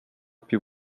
più